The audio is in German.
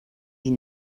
die